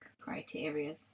criteria